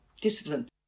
discipline